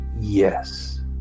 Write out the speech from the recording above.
Yes